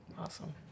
awesome